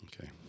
Okay